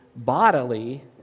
bodily